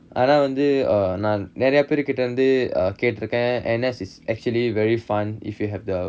ஆனா வந்து:aana vanthu err நான் நெறயப்பேரு கிட்ட வந்து:nan nerayapperu kitta vanthu err கேட்டிருக்கன்:kettirukkan N_S is actually very fun if you have the